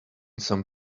some